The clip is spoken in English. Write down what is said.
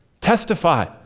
Testify